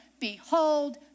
Behold